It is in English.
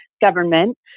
government